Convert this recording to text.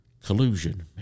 Collusion